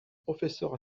professeur